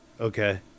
Okay